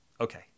Okay